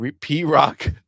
P-Rock